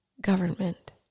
government